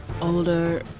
older